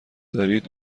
دارید